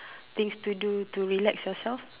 things to do to relax yourself